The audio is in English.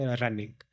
running